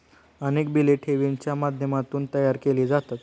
अनेक बिले ठेवींच्या माध्यमातून तयार केली जातात